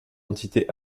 entité